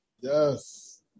Yes